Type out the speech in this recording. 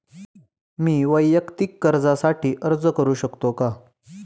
मी वैयक्तिक कर्जासाठी अर्ज करू शकतो का?